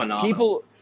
people